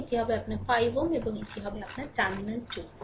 এবং এটি হবে আপনার 5Ω হবে এবং এটি হবে টার্মিনাল 2